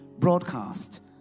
broadcast